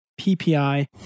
PPI